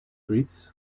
wreath